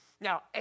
Now